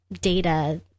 data